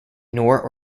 ignore